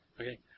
Okay